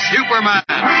Superman